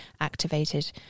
activated